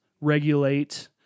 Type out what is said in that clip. regulate